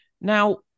Now